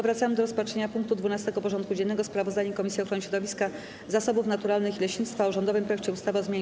Powracamy do rozpatrzenia punktu 12. porządku dziennego: Sprawozdanie Komisji Ochrony Środowiska, Zasobów Naturalnych i Leśnictwa o rządowym projekcie ustawy o zmianie